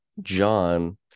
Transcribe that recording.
john